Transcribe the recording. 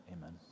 amen